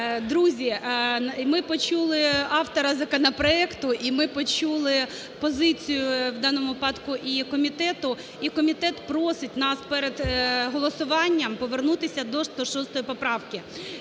Друзі, ми почули автора законопроекту, і ми почули позицію, в даному випадку, і комітету. І комітет просить нас перед голосуванням повернутися до 106-ї поправки.